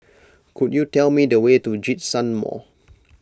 could you tell me the way to Djitsun Mall